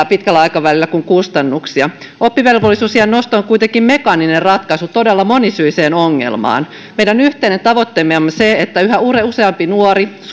pitkällä aikavälillä suurempia hyötyjä kuin kustannuksia oppivelvollisuusiän nosto on kuitenkin mekaaninen ratkaisu todella monisyiseen ongelmaan meidän yhteinen tavoitteemme on se että yhä useampi nuori